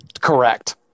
correct